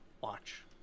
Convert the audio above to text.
watch